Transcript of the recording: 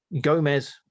Gomez